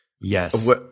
yes